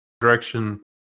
direction